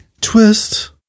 Twist